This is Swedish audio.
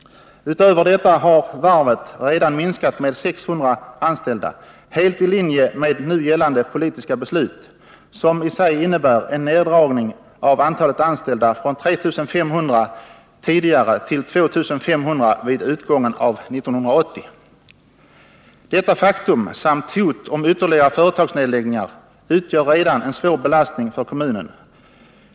Utöver detta har varvet redan minskat med 600 anställda, helt i linje med nu gällande politiska beslut, som i sig innebär en neddragning av antalet anställda från 3 500 tidigare till 2 500 vid utgången av 1980. Detta faktum samt hot om ytterligare företagsnedläggningar utgör redan en svår belastning för kommunen.